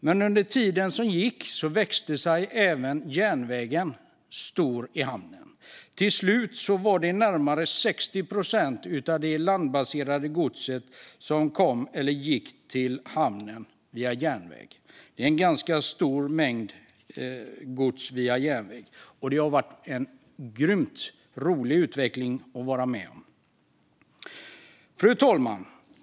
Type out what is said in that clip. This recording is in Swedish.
Men allteftersom tiden gick växte sig även järnvägen stor i hamnen. Till slut var det närmare 60 procent av det landbaserade godset som kom till och lämnade hamnen via järnväg, vilket är ganska stor mängd gods. Det har varit en grymt rolig utveckling att vara med om. Fru talman!